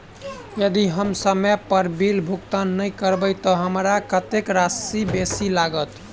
यदि हम समय पर बिल भुगतान नै करबै तऽ हमरा कत्तेक राशि बेसी लागत?